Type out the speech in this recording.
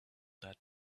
that